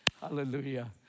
Hallelujah